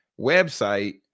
website